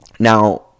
Now